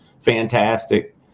fantastic